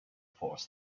force